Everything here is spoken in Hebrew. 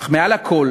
אך מעל הכול